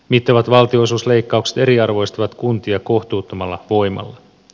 mittavat valtionosuusleikkaukset eriarvoistavat kuntia kohtuuttomalla voimalla